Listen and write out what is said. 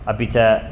अपि च